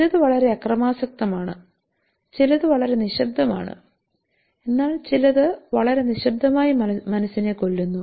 ചിലത് വളരെ അക്രമാസക്തമാണ് ചിലത് വളരെ നിശബ്ദമാണ് എന്നാൽ ചിലത് വളരെ നിശബ്ദമായി മനസ്സിനെ കൊല്ലുന്നു